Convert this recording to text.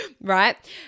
right